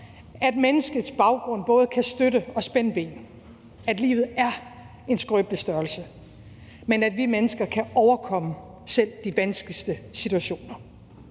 et menneskes baggrund både kan støtte og spænde ben. At livet er en skrøbelig størrelse, men at vi mennesker kan overkomme selv de vanskeligste situationer.